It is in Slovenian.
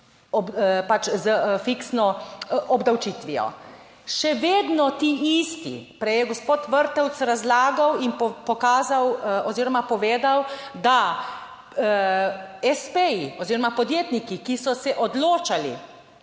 pač, s fiksno obdavčitvijo. Še vedno ti isti, prej je gospod Vrtovec razlagal in pokazal oziroma povedal, da espeji oziroma podjetniki, ki so se odločali